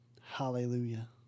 Hallelujah